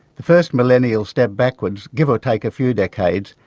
the first millennial step backwards, give or take a few decades,